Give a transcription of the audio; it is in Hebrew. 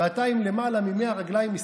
ואתה עם למעלה מ-100 רגליים מסתדר.